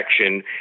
action